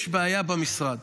יש בעיה במשרד.